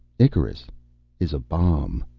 icarus is a bomb.